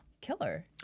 killer